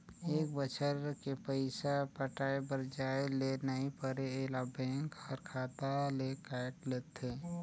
ए बच्छर के पइसा पटाये बर जाये ले नई परे ऐला बेंक हर खाता ले कायट लेथे